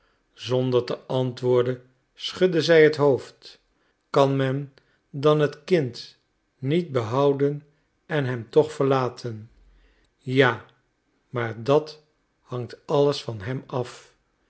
zonder te antwoorden schudde zij het hoofd kan men dan het kind niet behouden en hem toch verlaten ja maar dat hangt alles van hem af